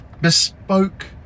bespoke